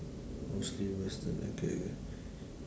mostly western okay K